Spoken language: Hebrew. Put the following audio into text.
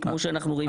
כמו שאנחנו רואים כאן.